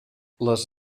les